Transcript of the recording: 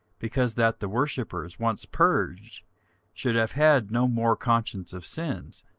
because that the worshippers once purged should have had no more conscience of sins.